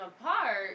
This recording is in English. apart